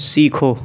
سیکھو